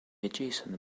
adjacent